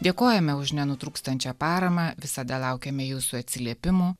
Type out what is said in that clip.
dėkojame už nenutrūkstančią paramą visada laukiame jūsų atsiliepimų